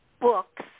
books